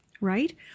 right